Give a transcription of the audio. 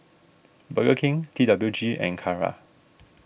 Burger King T W G and Kara